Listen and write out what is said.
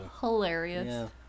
hilarious